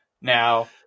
now